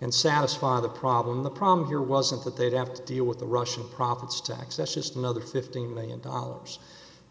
and satisfy the problem the problem here wasn't that they'd have to deal with the russian profits to access just another fifteen million dollars